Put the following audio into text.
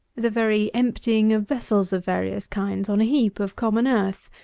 the very emptying of vessels of various kinds, on a heap of common earth,